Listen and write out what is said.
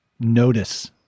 notice